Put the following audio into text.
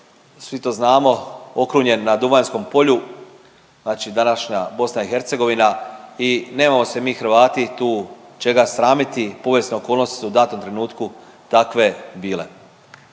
svi to znamo okrunjen na Duvanjskom polju. Znači današnja Bosna i Hercegovina i nemamo se mi Hrvati tu čega sramiti. Povijesne okolnosti su u datom trenutku takve bile.